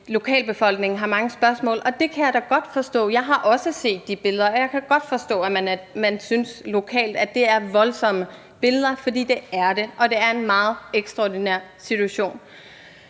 lokalbefolkningen har mange spørgsmål, og det kan jeg da godt forstå. Jeg har også set de billeder, og jeg kan godt forstå, at man synes lokalt, at det er voldsomme billeder, fordi det er de; det er en meget ekstraordinær situation,